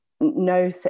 No